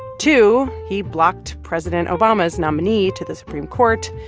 two, he blocked president obama's nominee to the supreme court.